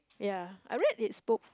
ya I read his book